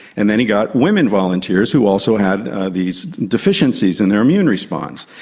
and then he got women volunteers who also had these deficiencies in their immune response.